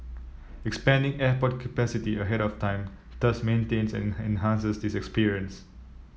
expanding airport capacity ahead of time thus maintains and enhances this experience